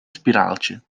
spiraaltje